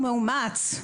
הוא מאומץ.